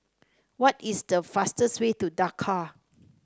what is the fastest way to Dakar